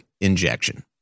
injection